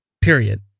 Period